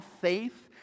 faith